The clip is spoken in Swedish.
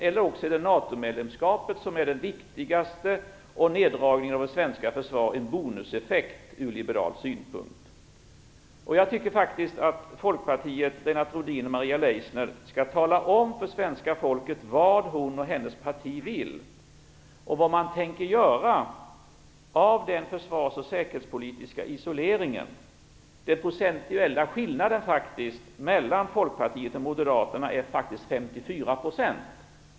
Eller också är det NATO-medlemskapet som är det viktigaste och neddragningen av det svenska försvaret en bonuseffekt från liberal synpunkt. Jag tycker faktiskt att Folkpartiet - Lennart Rohdin och Maria Leissner - skall tala om för svenska folket vad Maria Leissner och hennes parti vill och vad man tänker göra av den försvars och säkerhetspolitiska isoleringen. Den procentuella skillnaden mellan Folkpartiet och Moderaterna är faktiskt 54 %.